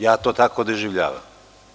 Ja to tako doživljavam.